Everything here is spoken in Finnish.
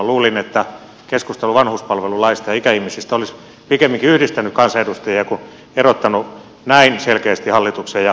luulin että keskustelu vanhuspalvelulaista ja ikäihmisistä olisi pikemminkin yhdistänyt kansanedustajia kuin erottanut näin selkeästi hallituksen ja opposition puolueet